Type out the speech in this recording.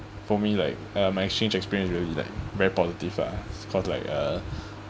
for me like uh my exchange experience is very like very positive lah cause like uh